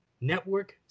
network